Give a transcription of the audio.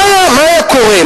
מה היה קורה?